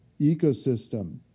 ecosystem